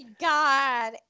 god